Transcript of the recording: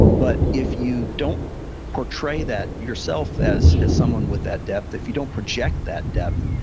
but if you don't portray that yourself as as someone with that depth, if you don't project that depth,